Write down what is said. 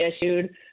issued